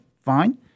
Fine